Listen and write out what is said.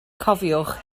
cofiwch